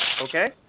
okay